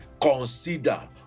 consider